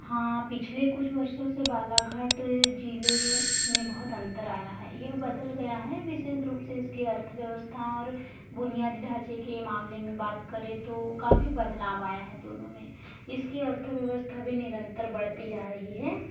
हाँ पिछले कुछ वर्षो से बालाघाट जिले में बहुत अंतर आया है यह बदल गया है विशेष रूप से इसके अर्थव्यवस्था और बुनियादी ढांचे के मामले में बात करें तो काफी बदलाव आया है दोनो में इसके अर्थव्यवस्था भी निरंतर बढ़ती जा रही है